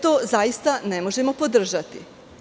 To zaista ne možemo podržati.